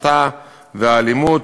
הסתה לאלימות,